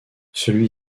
celui